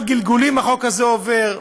כמה גלגולים החוק הזה עובר,